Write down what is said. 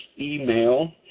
email